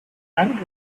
and